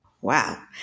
Wow